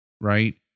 right